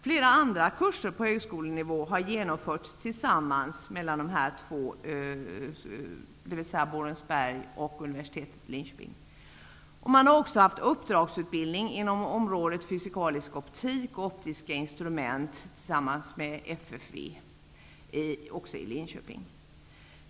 Flera andra kurser på högskolenivå har genomförts av Stefanskolan och universitetet i Linköping tillsammans. Man har också haft uppdragsutbildning inom områden fysikalisk optik och optiska instrument med FFV i Linköping.